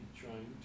trying